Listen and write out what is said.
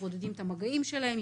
מבודדים את המגעים שלהם,